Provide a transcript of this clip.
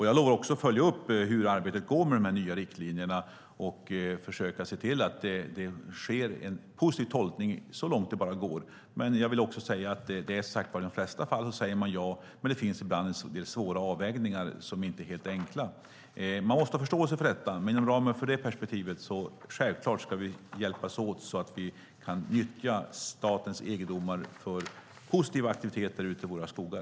Jag lovar att följa upp hur arbetet går med de nya riktlinjerna och försöka se till att det sker en positiv tolkning så långt det bara går. I de flesta fall säger man ja. Men det finns ibland en del svåra avvägningar som inte är helt enkla. Man måste ha förståelse för detta. Men inom ramen för det perspektivet ska vi självklart hjälpas åt så att vi kan nyttja statens egendomar för positiva aktiviteter ute i våra skogar.